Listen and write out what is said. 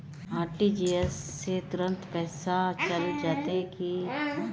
RTGS से तुरंत में पैसा चल जयते की?